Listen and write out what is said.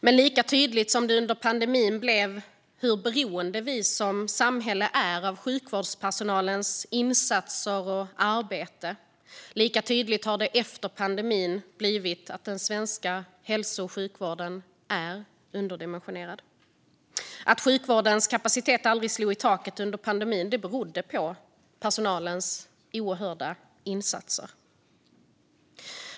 Men lika tydligt som det under pandemin blev hur beroende vi som samhälle är av sjukvårdspersonalens insatser och arbete har det efter pandemin blivit att den svenska hälso och sjukvården är underdimensionerad. Att sjukvårdens kapacitet aldrig slog i taket under pandemin berodde på personalens oerhörda insatser.